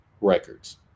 records